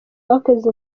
bakoze